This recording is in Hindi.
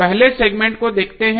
पहले सेगमेंट को देखते हैं